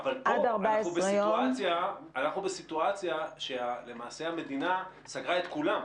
אבל פה אנחנו בסיטואציה שהמדינה סגרה את כולם.